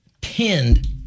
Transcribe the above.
pinned